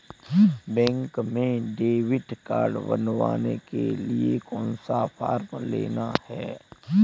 Bank में debit card बनवाने के लिए कौन सा फॉर्म लेना है?